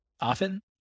Often